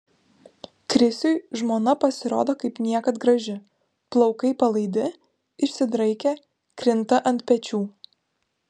krisiui žmona pasirodo kaip niekad graži plaukai palaidi išsidraikę krinta ant pečių